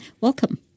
Welcome